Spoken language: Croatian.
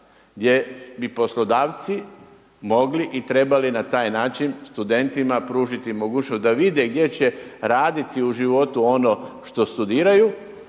gdje bi poslodavci, mogli i trebali na taj način studentima pružiti mogućnost, da vide gdje će raditi u životu ono što studiraju